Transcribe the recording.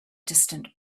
distant